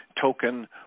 token